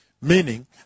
Meaning